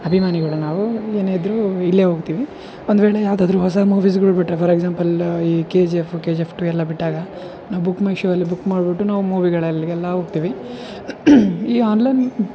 ಅಭಿಮಾನಿಗಳು ನಾವು ಏನೇ ಇದ್ರು ಇಲ್ಲೇ ಹೋಗ್ತಿವಿ ಒಂದು ವೇಳೆ ಯಾವುದಾದ್ರು ಹೊಸ ಮೂವೀಸ್ಗಳು ಬಿಟ್ಟರೆ ಫಾರ್ ಎಕ್ಸಾಂಪಲ್ ಈ ಕೆ ಜಿ ಎಫ್ ಕೆ ಜಿ ಎಫ್ ಟು ಎಲ್ಲ ಬಿಟ್ಟಾಗ ನಾವು ಬುಕ್ ಮೈ ಶೋ ಅಲ್ಲಿ ಬುಕ್ ಮಾಡ್ಬಿಟ್ಟು ನಾವು ಮೂವಿಗಳಲ್ಲಿ ಎಲ್ಲ ಹೋಗ್ತಿವಿ ಈ ಆನ್ಲೈನ್